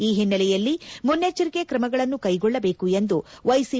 ಈ ಹಿನ್ನೆಲೆಯಲ್ಲಿ ಮುನ್ನೆಚ್ಚರಿಕೆ ತ್ರಮಗಳನ್ನು ಕೈಗೊಳ್ಳಬೇಕು ಎಂದು ವೈಸಿ